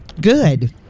Good